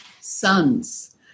sons